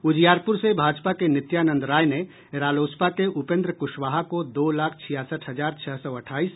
उजियारपुर से भाजपा के नित्यानंद राय ने रालोसपा के उपेंद्र कुशवाहा को दो लाख छियासठ हजार छह सौ अठाईस